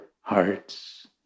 hearts